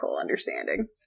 understanding